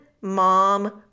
mom